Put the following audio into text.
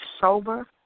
sober